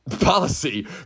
policy